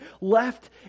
left